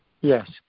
Yes